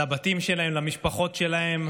לבתים שלהם, למשפחות שלהם.